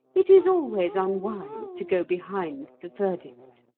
it is always unwise to go behind the verdict.